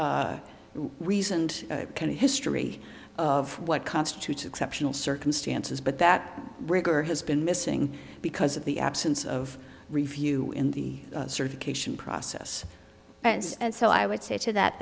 reasoned kind of history of what constitutes exceptional circumstances but that rigor has been missing because of the absence of review in the certification process and so i would say to that